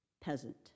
Peasant